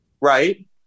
Right